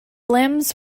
limbs